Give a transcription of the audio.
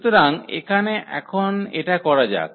সুতরাং এখানে এখন এটা করা যাক